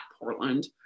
portland